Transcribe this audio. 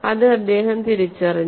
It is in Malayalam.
അത് അദ്ദേഹം തിരിച്ചറിഞ്ഞു